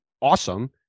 awesome